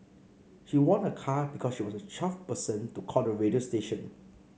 she won a car because she was the twelfth person to call the radio station